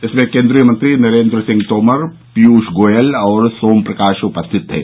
इसमें केन्द्रीय मंत्री नरेन्द्र सिंह तोमर पीयूष गोयल और सोम प्रकाश उपस्थित थे